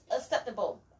acceptable